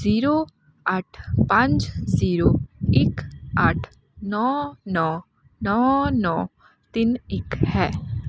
zero ਅੱਠ ਪੰਜ zero ਇੱਕ ਅੱਠ ਨੌ ਨੌ ਨੌ ਨੌ ਤਿੰਨ ਇੱਕ ਹੈ